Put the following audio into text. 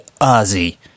Ozzy